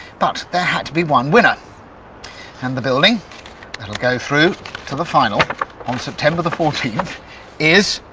but there had to be one winner and the building that'll go through to the final on september the fourteenth is